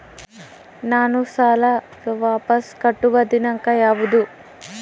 ನಾನು ಸಾಲ ವಾಪಸ್ ಕಟ್ಟುವ ದಿನಾಂಕ ಯಾವುದು?